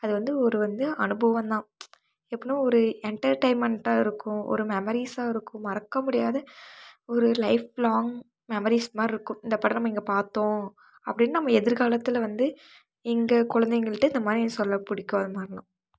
அது வந்து ஒரு வந்து ஒரு அனுபவம் தான் எப்படின்னா ஒரு என்டர்டைன்மெண்ட்டா இருக்கும் ஒரு மெமரீஸ்ஸாக இருக்கும் மறக்க முடியாது ஒரு லைஃப் லாங் மெமரீஸ் மாதிரி இருக்கும் இந்த படம் நம்ம இங்கே பார்த்தோம் அப்படின்னு நம்ம எதிர்காலத்தில் வந்து எங்கள் குழந்தைங்கள்ட்ட இந்த மாதிரி சொல்ல பிடிக்கும் அது மாதிரிலாம்